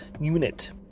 unit